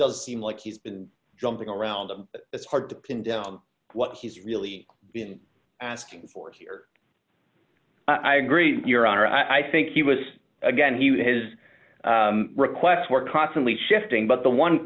does seem like he's been jumping around them it's hard to pin down what he's really been asking for here i agree your honor i think he was again he has requests were constantly shifting but the one